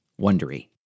wondery